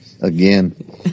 again